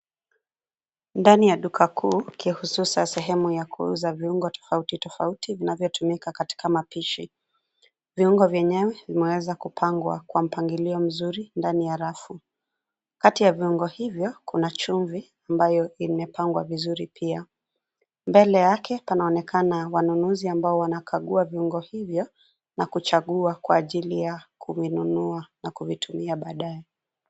Ndani ya duka kuu, kihususa sehemu ya kuuza viungo tofauti tofauti vinavyotumika katika mapishi. Viungo vyenyewe vimeweza kupangwa kwa mpangilio mzuri ndani ya rafu. Kati ya viungo hivyo kuna chumvi ambayo imepangwa vizuri pia. Mbele yake panaonekana wanunuzi ambao wanakagua viungo hivyo na kuchagua kwa ajili ya kuvinunua na kuvitumia baadaye.